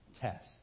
test